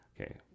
Okay